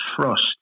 trust